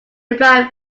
replied